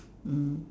mm